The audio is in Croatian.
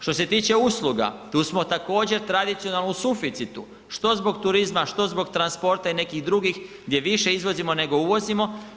Što se tiče usluga, tu smo također tradicionalno u suficitu, što zbog turizma, što zbog transporta i nekih drugih gdje više izvozimo nego uvozimo.